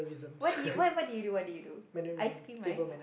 what did you what what did you do ice cream right